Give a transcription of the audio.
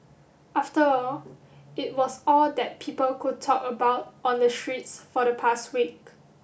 after all it was all that people could talk about on the streets for the past week